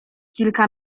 kilka